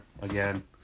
Again